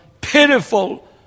pitiful